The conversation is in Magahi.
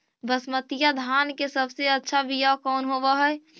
बसमतिया धान के सबसे अच्छा बीया कौन हौब हैं?